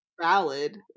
valid